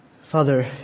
Father